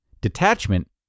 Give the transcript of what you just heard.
detachment